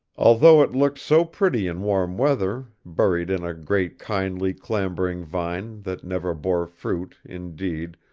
although it looked so pretty in warm weather, buried in a great kindly clambering vine, that never bore fruit, indeed,